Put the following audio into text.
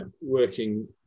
working